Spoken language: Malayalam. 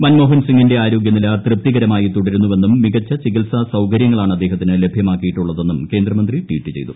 മൻമോഹൻ സിങിന്റെ ആരോഗ്യനില തൃപ്തീകരമായി തുടരുന്നുവെന്നും മികച്ച ചികിത്സാസൌകരൃങ്ങളാണ് അദ്ദേഹത്തിന് ലഭൃമാക്കിയിട്ടുള്ള തെന്നും കേന്ദ്രമന്ത്രി ട്വീറ്റ് ചെയ്തു